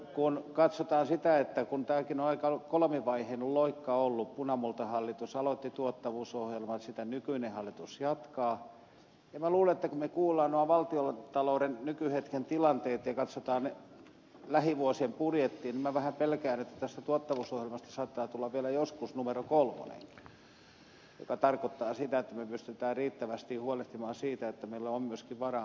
kun katsotaan sitä että tämäkin on aika kolmivaiheinen loikka ollut punamultahallitus aloitti tuottavuusohjelman sitä nykyinen hallitus jatkaa niin minä luulen että kun me kuulemme nuo valtiontalouden nykyhetken tilanteet ja katsomme lähivuosien budjettia niin minä vähän pelkään että tästä tuottavuusohjelmasta saattaa tulla vielä joskus numero kolmonenkin mikä tarkoittaa sitä että me pystymme riittävästi huolehtimaan siitä että meillä on myöskin varaa maksaa palkkaa